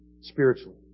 spiritually